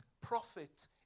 prophet